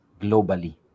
globally